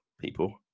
people